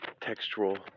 textual